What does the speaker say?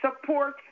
support